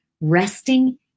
resting